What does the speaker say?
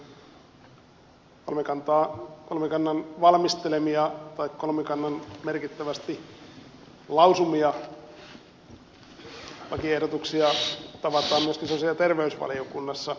kolmikannan valmistelemia tai kolmikannan merkittävästi lausumia lakiehdotuksia tavataan myöskin sosiaali ja terveysvaliokunnassa